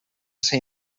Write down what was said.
ser